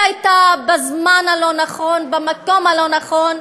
היא הייתה בזמן הלא-נכון במקום הלא-נכון.